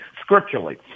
scripturally